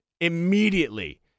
immediately